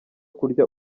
kurya